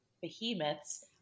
behemoths